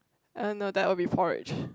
uh no that will be porridge